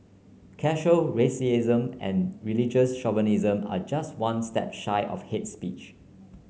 casual racism and religious chauvinism are just one step shy of hates speech